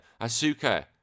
Asuka